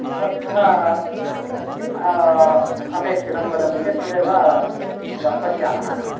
भवद्भ्यः किम् अपेक्षितं वदन्ति चेत् तदेव व् पश्यामः अत्र